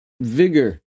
vigor